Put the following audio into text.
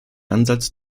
ansatz